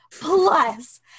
Plus